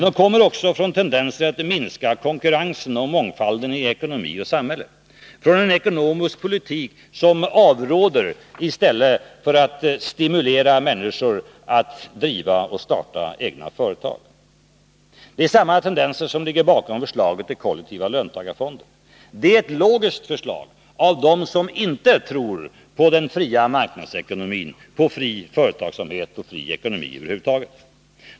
Det kommer också från tendenser att minska konkurrensen och mångfalden i ekonomi och samhälle, från en ekonomisk politik som avråder i stället för att stimulera människor att driva och starta egna företag. Det är samma tendenser som ligger bakom förslaget till kollektiva löntagarfonder. Det är ett logiskt förslag för dem som inte tror på en fri marknadsekonomi, på fri företagsamhet och fri ekonomi över huvud taget.